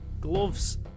gloves